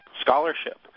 scholarship